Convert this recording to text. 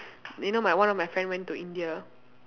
you know my one of my friend went to India